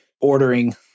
ordering